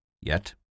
Yet